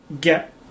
get